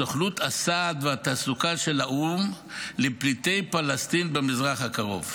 סוכנות הסעד והתעסוקה של האו"ם לפליטי פלסטין במזרח הקרוב.